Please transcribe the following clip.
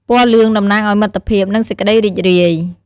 ពណ៌លឿង តំណាងឲ្យ មិត្តភាព និង សេចក្តីរីករាយ។